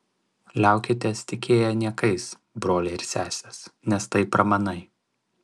liaukitės tikėję niekais broliai ir sesės nes tai pramanai